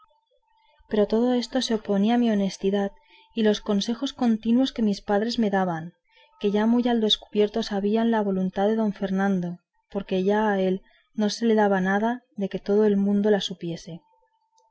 pero a todo esto se opone mi honestidad y los consejos continuos que mis padres me daban que ya muy al descubierto sabían la voluntad de don fernando porque ya a él no se le daba nada de que todo el mundo la supiese